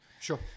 Sure